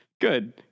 good